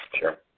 Sure